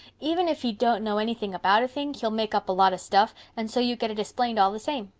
even if he don't know anything about a thing he'll make up a lot of stuff and so you get it esplained all the same.